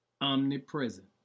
omnipresent